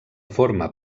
forma